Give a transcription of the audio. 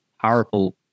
powerful